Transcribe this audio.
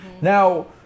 now